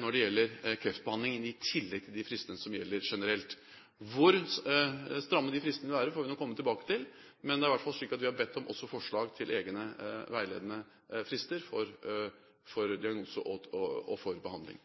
når det gjelder kreftbehandlingen, i tillegg til de fristene som gjelder generelt. Hvor stramme de fristene vil være, får vi komme tilbake til, men det er i hvert fall slik at vi har bedt om forslag til egne veiledende frister for diagnose og for behandling.